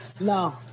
No